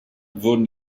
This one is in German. wurden